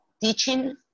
teaching